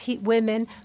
women